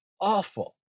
Awful